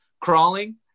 crawling